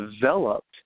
developed